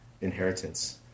inheritance